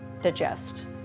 digest